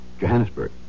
Johannesburg